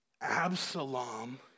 Absalom